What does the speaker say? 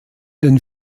den